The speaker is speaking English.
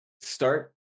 start